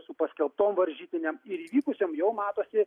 su paskelbtom varžytinėm ir įvykusiom jau matosi